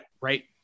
right